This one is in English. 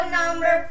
number